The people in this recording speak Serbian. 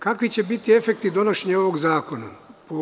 Kakvi će biti efekti donošenja ovog zakona?